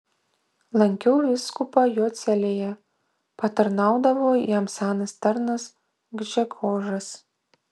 lankiau vyskupą jo celėje patarnaudavo jam senas tarnas gžegožas